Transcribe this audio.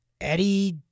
Eddie